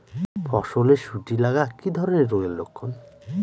ফসলে শুটি লাগা কি ধরনের রোগের লক্ষণ?